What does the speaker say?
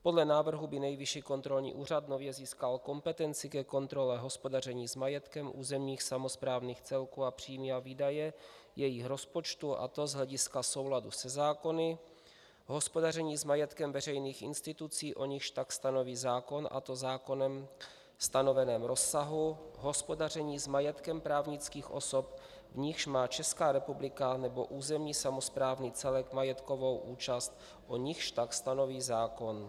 Podle návrhu by Nejvyšší kontrolní úřad nově získal kompetenci ke kontrole hospodaření s majetkem územních samosprávných celků a příjmů a výdajů jejich rozpočtů, a to z hlediska souladu se zákony o hospodaření s majetkem veřejných institucí, o nichž tak stanoví zákon, a to v zákonem stanoveném rozsahu hospodaření s majetkem právnických osob, v nichž má Česká republika nebo územní samosprávný celek majetkovou účast, o nichž tak stanoví zákon.